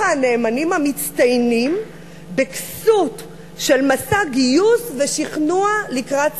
הנאמנים המצטיינים בכסות של מסע גיוס ושכנוע לקראת ספטמבר.